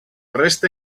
resta